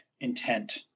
intent